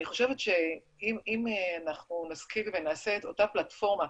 אני חושבת שאם אנחנו נשכיל ונעשה את אותה פלטפורמה,